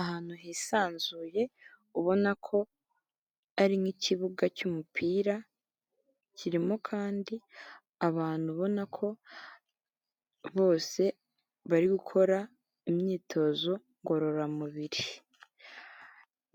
Ahantu hisanzuye ubona ko ari nk'ikibuga cy'umupira, kirimo kandi abantu ubona ko bose bari gukora imyitozo ngororamubiri,